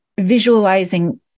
visualizing